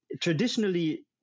traditionally